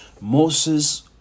Moses